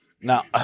Now